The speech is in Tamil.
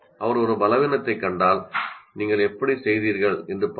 அவர் ஒரு பலவீனத்தைக் கண்டால் 'நீங்கள் எப்படிச் செய்தீர்கள் என்று பாருங்கள்